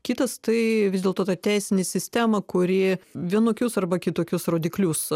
kitas tai vis dėlto ta teisinė sistema kuri vienokius arba kitokius rodiklius